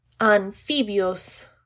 anfibios